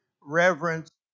reverence